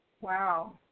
Wow